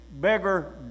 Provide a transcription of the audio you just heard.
beggar